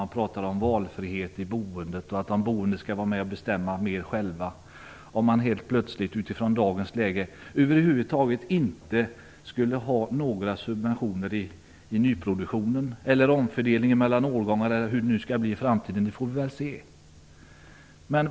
Man pratar om valfrihet i boendet och att de boende skall vara med och bestämma mer själva, men hur blir det med valfriheten om det helt plötsligt inte längre kommer att finnas några subventioner till nyproduktionen, om det blir fråga om en omfördelning mellan årgångar eller vad det nu blir?